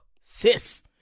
Sis